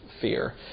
fear